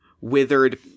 withered